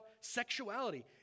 sexuality